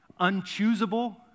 unchoosable